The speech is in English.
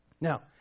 Now